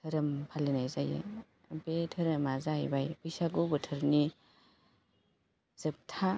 धोरोमनि फालिनाय जायो बे धोरोमा जाहैबाय बैसागु बोथोरनि जोबथा